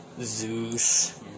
Zeus